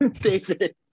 David